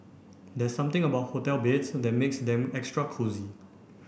there's something about hotel beds that makes them extra cosy